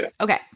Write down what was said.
okay